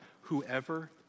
Whoever